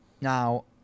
Now